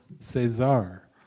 Caesar